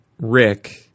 Rick